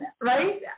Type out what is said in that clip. right